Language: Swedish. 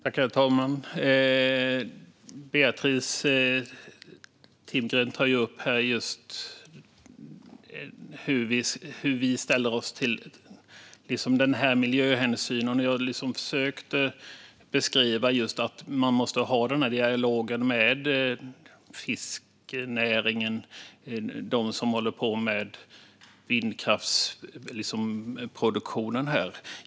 Herr talman! Beatrice Timgren tar upp frågan om hur vi ställer oss till miljöhänsynen. Jag försökte beskriva att de som håller på med vindkraftsproduktion måste ha en dialog med fiskenäringen.